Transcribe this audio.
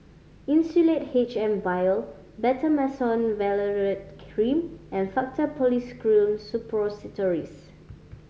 Insulatard H M Vial Betamethasone Valerate Cream and Faktu Policresulen Suppositories